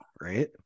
right